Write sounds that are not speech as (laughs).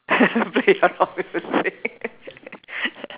(laughs) play your rock music (laughs)